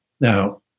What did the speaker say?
Now